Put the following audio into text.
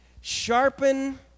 sharpen